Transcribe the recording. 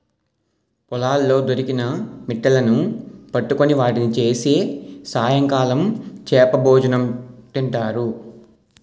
పొలాల్లో దొరికిన మిట్టలును పట్టుకొని వాటిని చేసి సాయంకాలం చేపలభోజనం తింటారు